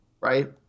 Right